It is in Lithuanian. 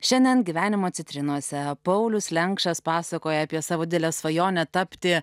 šiandien gyvenimo citrinose paulius lenkšas pasakoja apie savo dilę svajonę tapti